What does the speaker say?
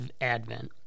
advent